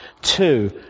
two